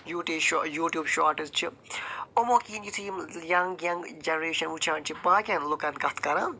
U ٹی چھُ YouTube shorts چھِ یِمو کِنۍ یِتھُے یِم ینٛگ ینٛگ جنریشن وُچھان چھِ باقین لوٗکن کتھ کَران